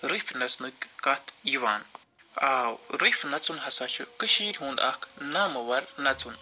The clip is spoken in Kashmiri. روٚفۍ نژنٕکۍ کَتھ یِوان آو روٚفۍ نژُن ہَسا چھُ کٔشیٖرِ ہُنٛد اَکھ نامور نَژُن